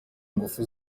ingufu